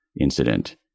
incident